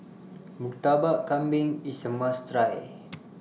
Murtabak Kambing IS A must Try